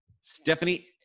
Stephanie